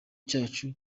cyacu